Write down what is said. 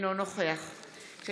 אינו נוכח יש